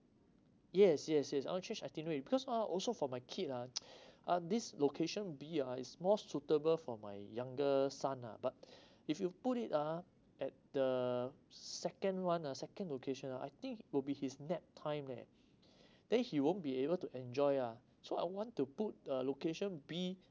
yes yes yes I wanna change itinerary cause ah also for my kids lah uh these location B ah is more suitable for my younger son ah but if you put it ah at the second one ah second location ah I think it would be his nap time eh then he won't be able to enjoy ah so I want to put uh location B